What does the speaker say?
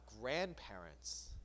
grandparents